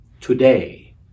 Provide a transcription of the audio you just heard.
Today